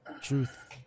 Truth